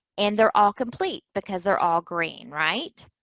and they're all complete, because they're all green. right?